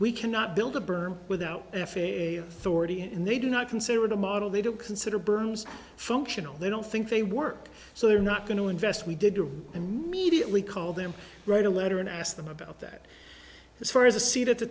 we cannot build a berm without f a a authority and they do not consider it a model they don't consider berms functional they don't think they work so they're not going to invest we did or immediately call them write a letter and ask them about that as far as a seat at the